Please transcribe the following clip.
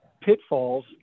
pitfalls